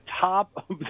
top